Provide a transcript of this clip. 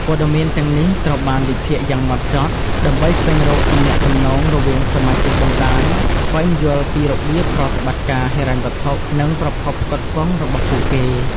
ព័ត៌មានទាំងនេះត្រូវបានវិភាគយ៉ាងហ្មត់ចត់ ដើម្បីស្វែងរកទំនាក់ទំនងរវាងសមាជិកបណ្តាញ ស្វែងយល់ពីរបៀបប្រតិបត្តិការ ហិរញ្ញវត្ថុ និងប្រភពផ្គត់ផ្គង់របស់ពួកគេ។